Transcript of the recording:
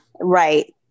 Right